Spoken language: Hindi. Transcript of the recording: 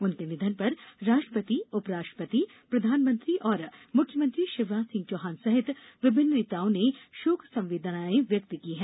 उनके निधन पर राष्ट्रपति उपराष्ट्रपति प्रधानमंत्री और मुख्यमंत्री शिवराज सिंह चौहान सहित विभिन्न नेताओं ने शोक संवेदनाएं व्यक्त की है